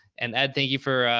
and ed, thank you for,